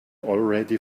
already